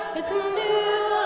it's a new